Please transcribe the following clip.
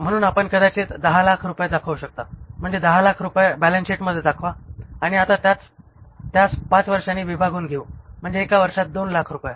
म्हणून आपण कदाचित 1000000 रुपये दाखवू शकता म्हणजे 1000000 रुपये बॅलन्सशीटमध्ये दाखवा आणि आता त्यास 5 वर्षांनी विभागून देऊ म्हणजे एका वर्षात 200000 रुपये